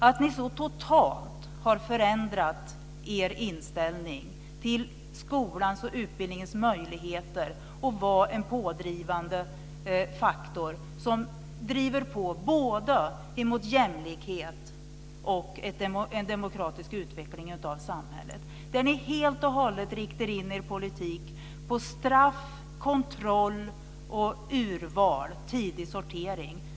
Ni har så totalt förändrat er inställning till skolans och utbildningens möjligheter att vara en pådrivande faktor som driver på både mot jämlikhet och en demokratisk utveckling av samhället. Ni riktar helt och hållet in er politik på straff, kontroll och urval, tidig sortering.